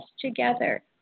together